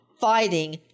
fighting